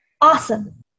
Awesome